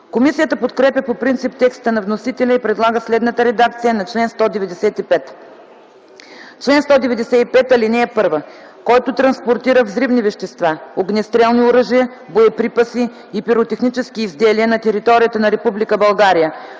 Комисията подкрепя по принцип текста на вносителя и предлага следната редакция на чл. 195: „Чл. 195. (1) Който транспортира взривни вещества, огнестрелни оръжия, боеприпаси и пиротехнически изделия на територията на